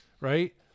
Right